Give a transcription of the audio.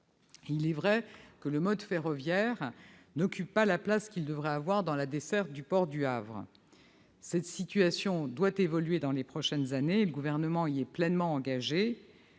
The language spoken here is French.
il est vrai que le mode ferroviaire n'occupe pas la place qu'il devrait avoir dans la desserte du port du Havre. Cette situation doit évoluer dans les prochaines années et le Gouvernement y est pleinement engagé.